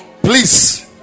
Please